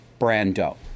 Brando